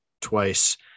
twice